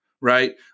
right